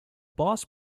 boss